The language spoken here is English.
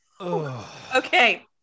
Okay